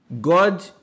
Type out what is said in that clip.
God